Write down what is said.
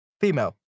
female